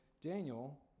Daniel